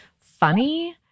funny